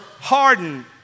hardened